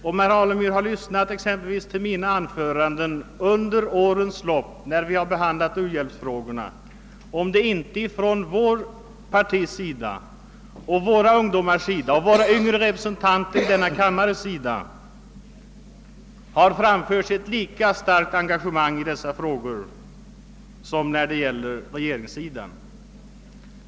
Om herr Alemyr lyssnat exempelvis till mina anföranden under årens lopp när vi diskuterat u-hjälpsfrågorna, undrar jag om han inte har upptäckt att vårt partis företrädare och i synnerhet vårt partis yngre representanter i denna kammare ådagalagt ett lika starkt engagemang i dessa frågor som företrädare för regeringspartiet har gjort.